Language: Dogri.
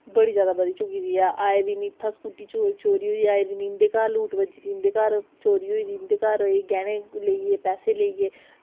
बड़ी बधी चुकी दी ऐ आये दिन इत्थें स्कूटी चोरी होई जंदी ते चोरी होई दी उंदे घर गैह्ने लेई दे पैसे लेई दे